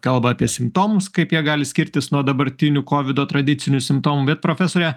kalba apie simptomus kaip jie gali skirtis nuo dabartinių kovido tradicinių simptomų bet profesore